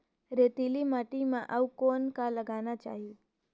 रेतीली माटी म अउ कौन का लगाना चाही?